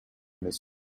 эмес